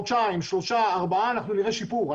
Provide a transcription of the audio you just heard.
חודשיים, שלושה, ארבעה נראה שיפור.